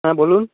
হ্যাঁ বলুন